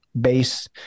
base